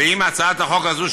ואם הצעת החוק הזו,